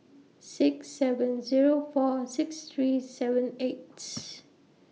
six seven Zero four six three seven eights